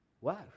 wow